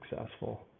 successful